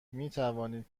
میتوانید